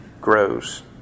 grows